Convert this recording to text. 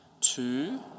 two